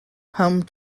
home